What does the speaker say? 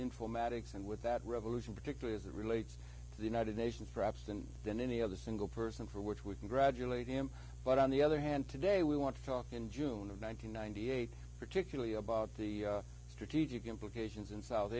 informatics and with that revolution particularly as it relates to the united nations perhaps than than any other single person for which we can graduate him but on the other hand today we want to talk in june of one thousand nine hundred eighty particularly about the strategic implications in south